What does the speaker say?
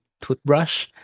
toothbrush